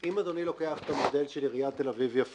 אם אדוני לוקח את המודל של עיריית תל אביב-יפו,